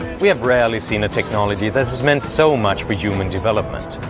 we have rarely seen a technology that has meant so much for human development.